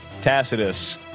Tacitus